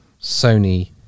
Sony